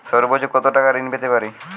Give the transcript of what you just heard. সর্বোচ্চ কত টাকা ঋণ পেতে পারি?